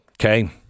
okay